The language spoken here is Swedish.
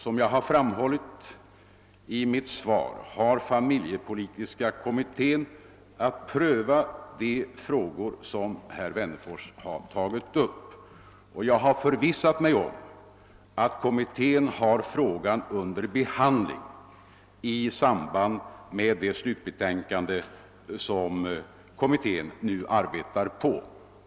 Som jag framhållit i mitt svar har familjepolitiska kommittén att pröva de frågor som herr Wennerfors tagit upp, och jag har förvissat mig om att kommittén har frågan under behandling i samband med utformningen av det slutbetänkande som kommittén nu arbetar på.